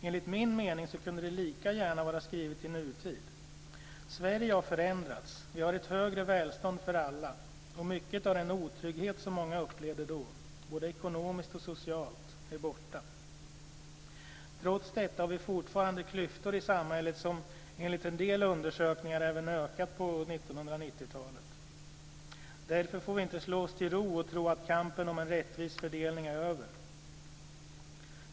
Enligt min mening kunde det lika gärna vara skrivet i nutid. Sverige har förändrats. Vi har ett högre välstånd för alla, och mycket av den otrygghet som många upplevde då både ekonomiskt och socialt är borta. Trots detta har vi fortfarande klyftor i samhället som enligt en del undersökningar även ökat på 1990-talet. Därför får vi inte slå oss till ro och tro att kampen om en rättvis fördelning är över.